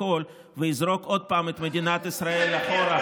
הכול ויזרוק עוד פעם את מדינת ישראל אחורה,